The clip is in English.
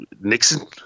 nixon